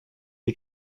who